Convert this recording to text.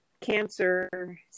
cancer